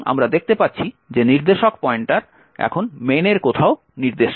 এবং আমরা দেখতে পাচ্ছি যে নির্দেশক পয়েন্টার এখন main এর কোথাও নির্দেশ করে